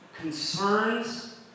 concerns